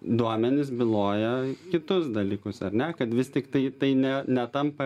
duomenys byloja kitus dalykus ar ne kad vis tiktai tai ne netampa